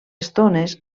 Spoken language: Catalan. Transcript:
estones